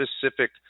specific